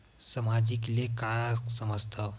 सामाजिक ले का समझ थाव?